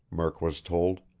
murk was told.